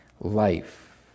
life